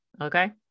okay